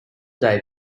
day